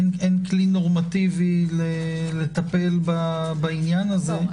אין כלי נורמטיבי לטפל בעניין הזה.